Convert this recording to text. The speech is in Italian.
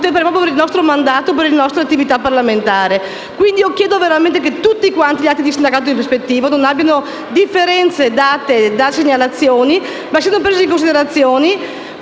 per il nostro mandato, per la nostra attività parlamentare. Chiedo quindi che tutti gli atti di sindacato ispettivo non abbiano differenze determinate da segnalazioni, ma siano presi in considerazione